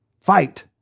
Fight